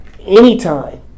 Anytime